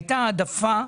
אם הנושא הזה לא יאושר,